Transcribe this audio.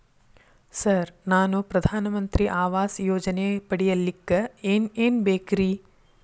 Sir ನಾನು ಪ್ರಧಾನ ಮಂತ್ರಿ ಆವಾಸ್ ಯೋಜನೆ ಪಡಿಯಲ್ಲಿಕ್ಕ್ ಏನ್ ಏನ್ ಬೇಕ್ರಿ?